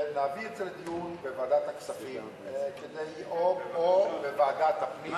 שנביא את זה לדיון בוועדת הכספים או לוועדת הפנים,